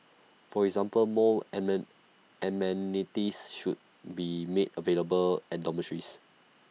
for example more amen amenities should be made available at dormitories